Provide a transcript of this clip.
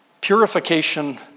purification